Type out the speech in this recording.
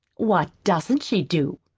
what doesn't she do?